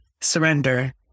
surrender